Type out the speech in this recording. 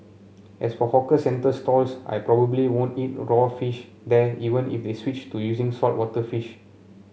as for hawker centre stalls I probably won't eat raw fish there even if they switched to using saltwater fish